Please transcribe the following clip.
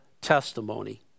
testimony